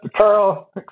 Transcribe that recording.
Carl